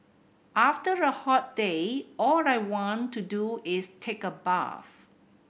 after a hot day all I want to do is take a bath